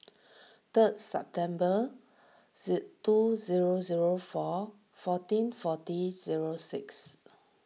third September two zero zero four fourteen forty zero six